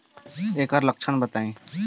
ऐकर लक्षण बताई?